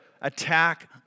attack